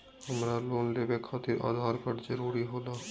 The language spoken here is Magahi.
हमरा लोन लेवे खातिर आधार कार्ड जरूरी होला?